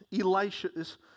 Elisha's